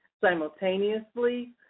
simultaneously